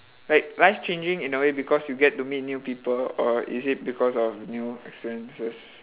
like life changing in a way because you get to meet new people or is it because of new experiences